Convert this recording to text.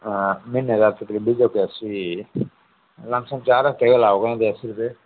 हां महिने दा तकरीबन बीह् चौके अस्सी लमसम चार हफते गै लाओ ते होए अस्सीऽ रपे